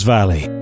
Valley